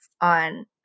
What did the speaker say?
on